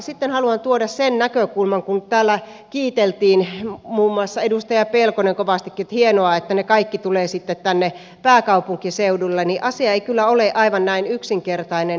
sitten haluan tuoda sen näkökulman kun täällä kiiteltiin muun muassa edustaja pelkonen kovastikin että hienoa että ne kaikki tulevat sitten tänne pääkaupunkiseudulle että asia ei kyllä ole aivan näin yksinkertainen